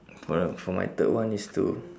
for the for my third one is to